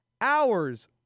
hours